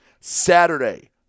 Saturday